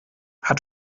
hat